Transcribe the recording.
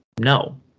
no